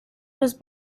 was